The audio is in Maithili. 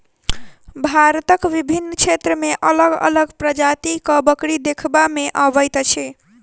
भारतक विभिन्न क्षेत्र मे अलग अलग प्रजातिक बकरी देखबा मे अबैत अछि